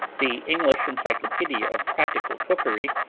the english encyclopedia of practical cookery,